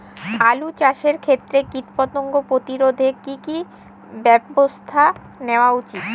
আলু চাষের ক্ষত্রে কীটপতঙ্গ প্রতিরোধে কি কী ব্যবস্থা নেওয়া হয়?